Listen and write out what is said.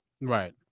Right